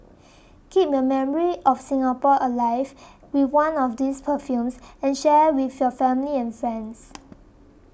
keep your memory of Singapore alive with one of these perfumes and share with your family and friends